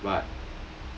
but